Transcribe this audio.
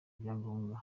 ibyangombwa